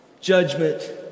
judgment